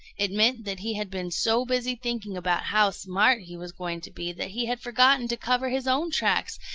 it meant that he had been so busy thinking about how smart he was going to be that he had forgotten to cover his own tracks,